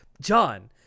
john